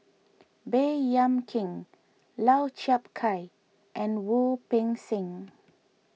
Baey Yam Keng Lau Chiap Khai and Wu Peng Seng